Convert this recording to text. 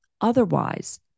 Otherwise